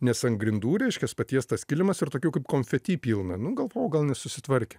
nes ant grindų reiškias patiestas kilimas ir tokių kaip konfeti pilna nu galvoju gal nesusitvarkė